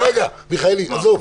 מיכאלי, עזוב.